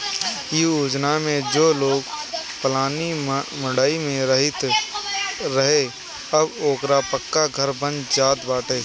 इ योजना में जे लोग पलानी मड़इ में रहत रहे अब ओकरो पक्का घर बन जात बाटे